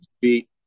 beat